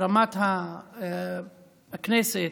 ברמת הכנסת,